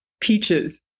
Peaches